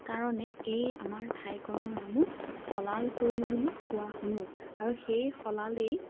কাৰণে এই আমাৰ ঠাইখনৰ নামো শলাল হ'ল বুলি কোৱা শুনো আৰু সেই শলালেই